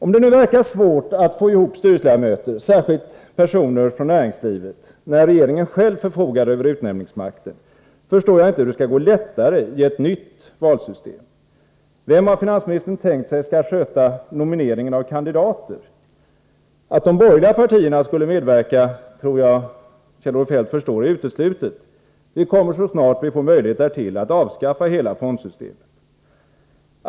Om det verkar svårt att få ihop styrelseledamöter — särskilt personer från näringslivet — när regeringen själv förfogar över utnämningsmakten, förstår jag inte hur det skall gå lättare i ett nytt valsystem. Vem har finansministern tänkt sig skall sköta nomineringen av kandidater? Att de borgerliga partierna skulle medverka tror jag Kjell-Olof Feldt förstår är uteslutet — vi kommer så snart vi får möjlighet därtill att avskaffa hela fondsystemet.